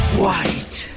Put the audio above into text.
white